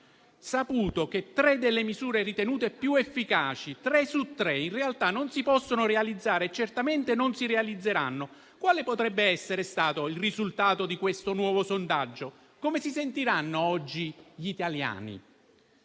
saputo che tre delle misure ritenute più efficaci (tre su tre in realtà) non si possono realizzare e certamente non si realizzeranno, quale avrebbe potuto essere il risultato del nuovo sondaggio? Come si sentiranno oggi gli italiani?